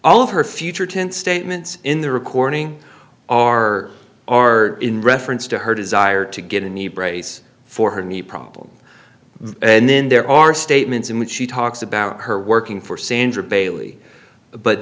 all of her future tense statements in the recording are are in reference to her desire to get in the brace for her knee problems and then there are statements in which she talks about her working for sandra bailey but